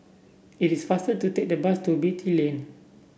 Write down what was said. it is faster to take the bus to Beatty Lane